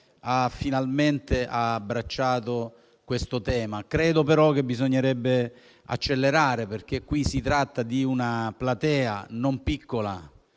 ha finalmente abbracciato questo tema, ma ritengo che bisognerebbe accelerare: qui si tratta di una platea non piccola,